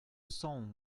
cent